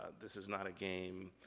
this is not a game,